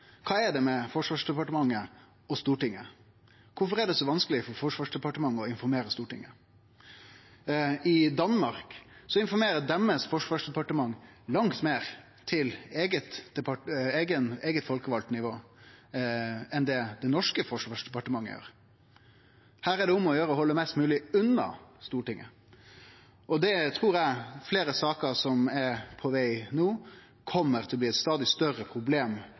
Kva er det med Forsvarsdepartementet og Stortinget? Kvifor er det så vanskeleg for Forsvarsdepartementet å informere Stortinget? I Danmark informerer forsvarsdepartementet sitt eige folkevalde nivå langt meir enn det det norske Forsvarsdepartementet gjer i Noreg. Her er det om å gjere å halde mest mogleg unna Stortinget. Det trur eg, i fleire saker som er på veg no, kjem til å bli eit stadig større problem